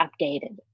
updated